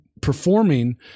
Performing